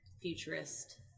futurist